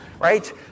right